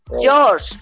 George